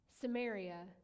Samaria